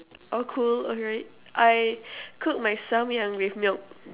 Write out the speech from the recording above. oh cool alright I cook my samyang with milk